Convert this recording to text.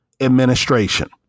administration